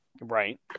right